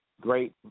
great